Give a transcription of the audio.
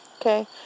Okay